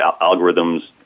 algorithms